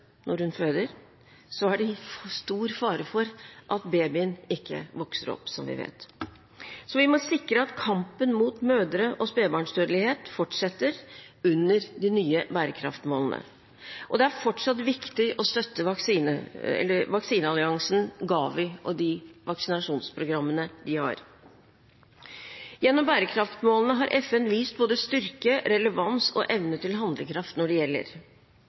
når hun føder, er det stor fare for at babyen ikke vokser opp, som vi vet. Vi må sikre at kampen mot mødre- og spedbarnsdødelighet fortsetter under de nye bærekraftsmålene. Det er fortsatt viktig å støtte vaksinealliansen GAVI og de vaksinasjonsprogrammene de har. Gjennom bærekraftsmålene har FN vist både styrke, relevans og evne til handlekraft når det gjelder.